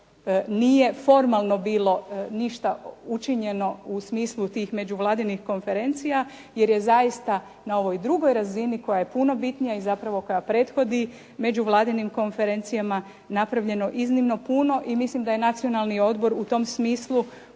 nije formalno bilo ništa učinjeno u smislu tih međuvladinih konferencija, jer je zaista na ovoj drugoj razini koja je puno bitnija i zapravo koja prethodi međuvladinim konferencija napravljeno iznimno puno i mislim da je Nacionalni odbor u tom smislu u